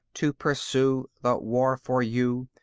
to pursue the war for you,